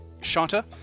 Shanta